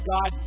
God